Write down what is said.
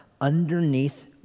Underneath